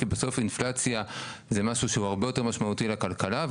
כי בסוף אינפלציה זה משהו שהוא הרבה יותר משמעותי לכלכלה,